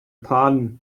pardon